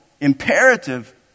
imperative